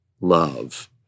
love